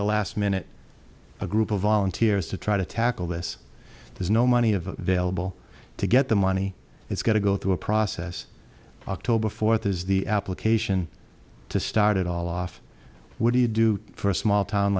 the last minute a group of volunteers to try to tackle this there's no money available to get the money it's got to go through a process october fourth is the application to start it all off what do you do for a small town